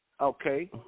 Okay